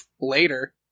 Later